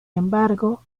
embargo